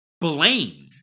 blame